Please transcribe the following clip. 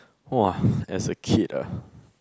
!wah! as a kid ah